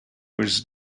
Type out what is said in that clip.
was